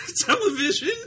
television